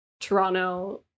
Toronto